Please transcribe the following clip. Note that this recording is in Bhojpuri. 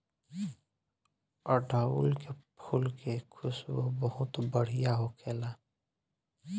अढ़ऊल के फुल के खुशबू बहुत बढ़िया होखेला